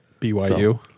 BYU